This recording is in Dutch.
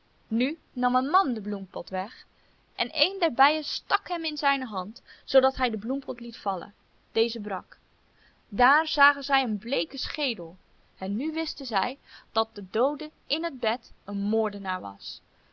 nu nam een man den bloempot weg en een der bijen stak hem in zijne hand zoodat hij den bloempot liet vallen deze brak daar zagen zij een bleeken schedel en nu wisten zij dat de doode in het bed een moordenaar was